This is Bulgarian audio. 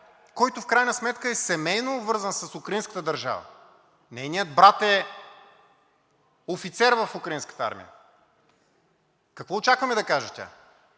който в крайна сметка е семейно обвързан с украинската държава. Нейният брат е офицер в украинската армия. Какво очакваме да каже тя?